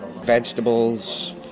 vegetables